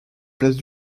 place